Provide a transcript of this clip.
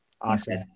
Awesome